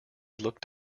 looked